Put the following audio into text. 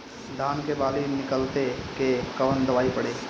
धान के बाली निकलते के कवन दवाई पढ़े?